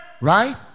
Right